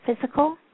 physical